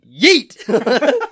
Yeet